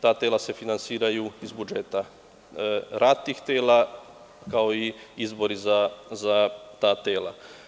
Ta tela se finansiraju iz budžeta, rad tih tela, kao i izbori za ta tela.